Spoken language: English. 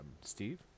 Steve